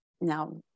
now